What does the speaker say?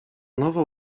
nowo